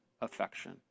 affection